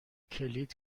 کلید